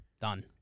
Done